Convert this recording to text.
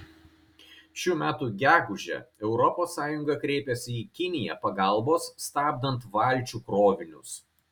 šių metų gegužę europos sąjunga kreipėsi į kiniją pagalbos stabdant valčių krovinius